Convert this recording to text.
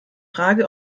frage